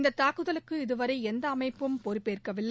இந்த தாக்குதலுக்கு இதுவரை எந்த அமைப்பும் பொறுப்பேற்கவில்லை